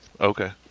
Okay